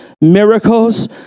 miracles